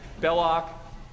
Belloc